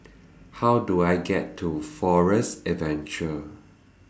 How Do I get to Forest Adventure